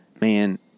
man